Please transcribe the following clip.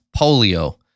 polio